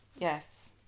Yes